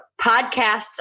Podcasts